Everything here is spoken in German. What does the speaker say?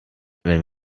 wenn